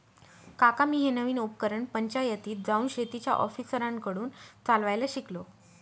काका मी हे नवीन उपकरण पंचायतीत जाऊन शेतीच्या ऑफिसरांकडून चालवायला शिकलो